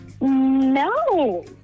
no